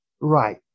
Right